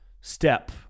step